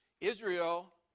Israel